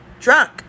drunk